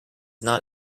not